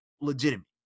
legitimate